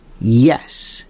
Yes